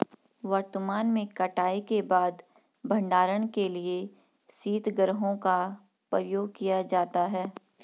वर्तमान में कटाई के बाद भंडारण के लिए शीतगृहों का प्रयोग किया जाता है